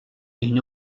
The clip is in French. une